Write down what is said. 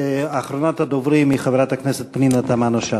אחרונת הדוברים היא חברת הכנסת פנינה תמנו-שטה.